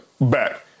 back